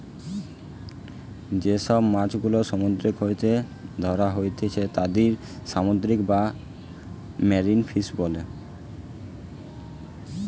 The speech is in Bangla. যে সব মাছ গুলা সমুদ্র হইতে ধ্যরা হতিছে তাদির সামুদ্রিক বা মেরিন ফিশ বোলে